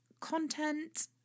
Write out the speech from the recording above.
content